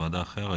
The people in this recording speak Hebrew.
כבר.